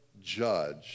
judge